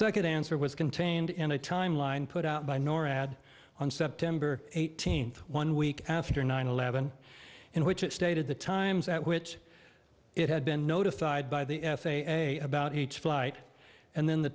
second answer was contained in a timeline put out by norad on september eighteenth one week after nine eleven in which it stated the times at which it had been notified by the f a a about each flight and then the